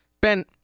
Ben